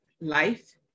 life